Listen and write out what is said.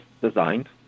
designed